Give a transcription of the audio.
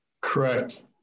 Correct